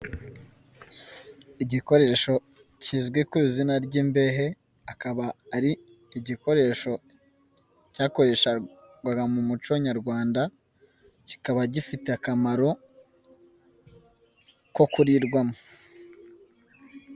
Igikoresho kizwi ku izina ry'imbehe, akaba ari igikoresho cyakoreshwaga mu muco nyarwanda, kikaba gifite akamaro ko kurirwamo.